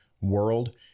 World